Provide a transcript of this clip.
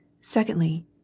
Secondly